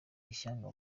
ishyanga